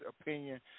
opinion